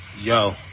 Yo